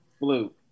blue